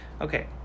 Okay